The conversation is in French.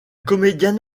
comédienne